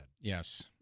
Yes